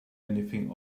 anything